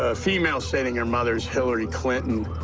ah female stating her mother is hillary clinton.